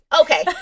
okay